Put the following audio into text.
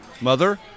mother